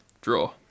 draw